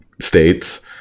states